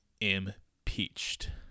impeached